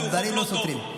הדברים לא סותרים.